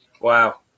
Wow